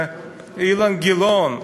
ואילן גילאון,